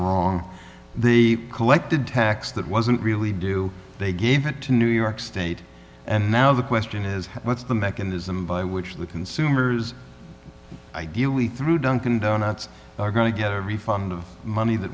wrong the collected tax that wasn't really do they gave it to new york state and now the question is what's the mechanism by which the consumers ideally through dunkin donuts are going to get a refund of money that